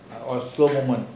slow slow one